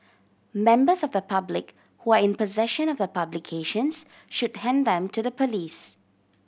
members of the public who are in possession of the publications should hand them to the police